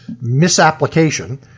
misapplication